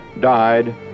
died